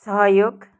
सहयोग